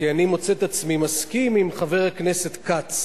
כי אני מוצא עצמי מסכים עם חבר הכנסת כץ.